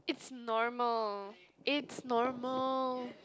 it's normal it's normal